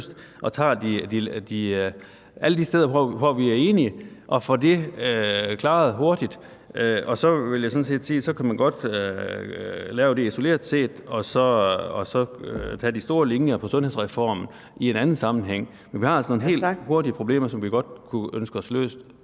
og tager alle de steder, hvor vi er enige, så vi får det klaret hurtigt. Og så vil jeg sådan set sige, at man godt kan lave det isoleret set og så tage de store linjer i sundhedsreformen i en anden sammenhæng. Men vi har altså nogle problemer, som vi godt kunne tænke os løst